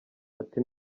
ati